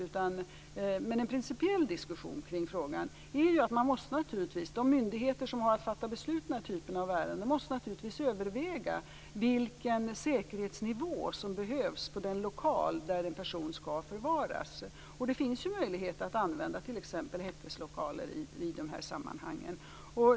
Men rent principiellt måste de myndigheter som har att fatta beslut i den här typen av ärenden naturligtvis överväga vilken säkerhetsnivå som behövs på den lokal där en person skall förvaras. Det finns ju möjlighet att använda t.ex. häkteslokaler i de här sammanhangen.